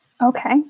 Okay